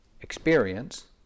experience